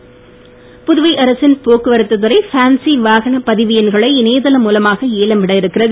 போக்குவரத்து புதுவை அரசின் போக்குவரத்து துறை பேன்சி வாகனப் பதிவு எண்களை இணையதளம் மூலமாக ஏலம் விட இருக்கிறது